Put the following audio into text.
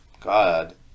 God